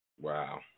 Wow